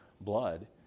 blood